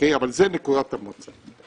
אבל זו נקודת המוצא.